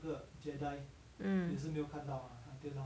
mm